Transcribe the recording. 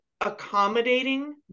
accommodating